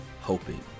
hoping